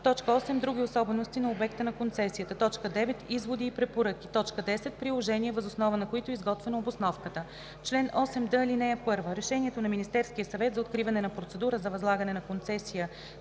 8. други особености на обекта на концесията; 9. изводи и препоръки; 10. приложения, въз основа на които е изготвена обосновката.“ Чл. 8д. (1) Решението на Министерския съвет за откриване на процедура за възлагане на концесия